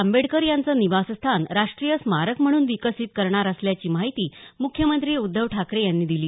आंबेडकर यांचं निवासस्थान राष्ट्रीय स्मारक म्हणून विकसित करणार असल्याची माहिती मुख्यमंत्री उद्धव ठाकरे यांनी दिली